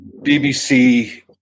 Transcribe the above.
BBC